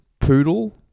poodle